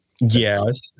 Yes